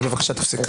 אז בבקשה תפסיק.